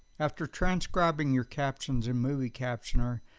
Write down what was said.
after transcribing your captions in moviecaptioner,